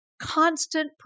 constant